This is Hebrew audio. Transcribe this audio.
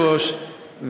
היושב-ראש,